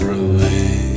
away